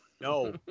No